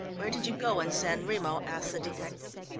where did you go in san remo? asked the detective.